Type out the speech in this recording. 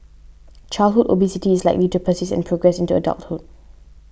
childhood obesity is likely to persist and progress into adulthood